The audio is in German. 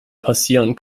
passieren